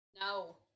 No